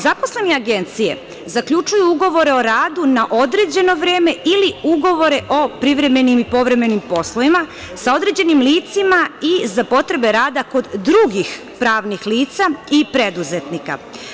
Zaposleni agencije zaključuju ugovore o radu na određeno vreme ili ugovore o privremenim i povremenim poslovima sa određenim licima i za potrebe rada kod drugih pravnih lica i preduzetnika.